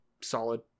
solid